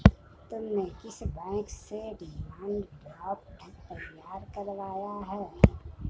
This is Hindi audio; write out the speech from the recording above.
तुमने किस बैंक से डिमांड ड्राफ्ट तैयार करवाया है?